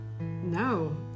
No